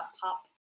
pop